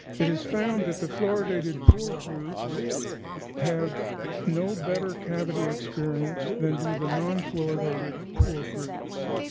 it is found that the floridated poor groups have no better cavity experience than do the non-floridated poor groups.